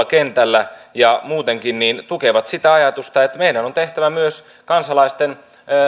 kentällä ja muutenkin tukevat sitä ajatusta että meidän on on tehtävä myös kansalaisten